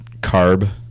carb